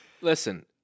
Listen